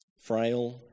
frail